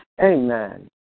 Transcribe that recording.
Amen